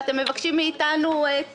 ואתם מבקשים מאתנו תוותרו,